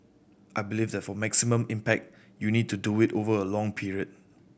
I believe that for maximum impact you need to do it over a long period